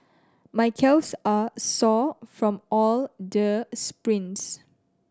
my calves are sore from all the sprints